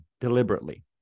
deliberately